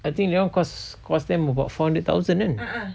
I think that one cost cost them about four hundred thousand ah